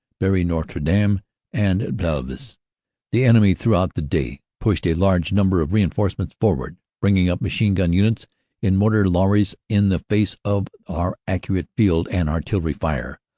boiry-notre-dame and pelves. the enemy throughout the day pushed a large number of reinforcements forward, bringing up machine-gun units in motor lorries in the face of our accurate field and artillery fire.